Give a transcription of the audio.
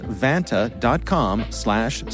vanta.com/slash